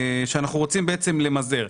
שאנחנו רוצים למזער.